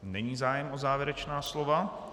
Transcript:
Není zájem o závěrečná slova.